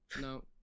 No